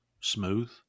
smooth